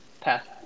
path